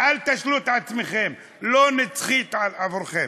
אל תשלו את עצמכם, היא לא נצחית עבורכם.